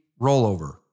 rollover